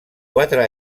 quatre